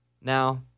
now